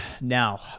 Now